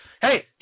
hey